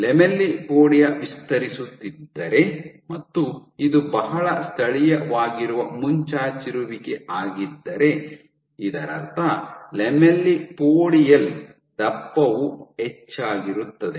lamellipodia ವಿಸ್ತರಿಸುತ್ತಿದ್ದರೆ ಮತ್ತು ಇದು ಬಹಳ ಸ್ಥಳೀಯವಾಗಿರುವ ಮುಂಚಾಚಿರುವಿಕೆ ಆಗಿದ್ದರೆ ಇದರರ್ಥ ಲ್ಯಾಮೆಲ್ಲಿಪೊಡಿಯಲ್ ದಪ್ಪವು ಹೆಚ್ಚಾಗಿರುತ್ತದೆ